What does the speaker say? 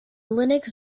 linux